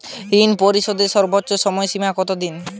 ঋণ পরিশোধের সর্বোচ্চ সময় সীমা কত দিন?